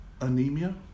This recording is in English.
Anemia